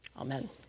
Amen